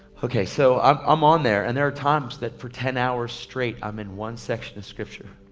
okay, so i'm i'm on there and there are times that for ten hours straight i'm in one section of scripture.